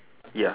ya